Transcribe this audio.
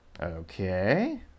Okay